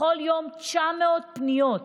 בכל יום 900 פניות.